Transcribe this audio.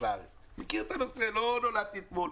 מכיר את הנושא, לא נולדתי אתמול.